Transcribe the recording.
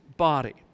body